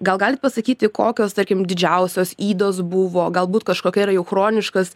gal galit pasakyti kokios tarkim didžiausios ydos buvo galbūt kažkokia yra jau chroniškas